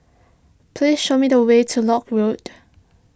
please show me the way to Lock Road